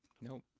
nope